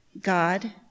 God